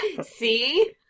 see